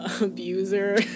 Abuser